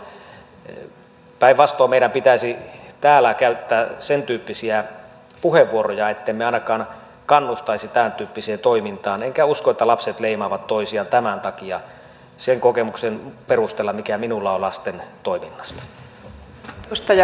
päinvastoin meidän pitäisi täällä käyttää sentyyppisiä puheenvuoroja ettemme ainakaan kannustaisi tämäntyyppiseen toimintaan enkä usko että lapset leimaavat toisiaan tämän takia sen kokemuksen perusteella mikä minulla on lasten toiminnasta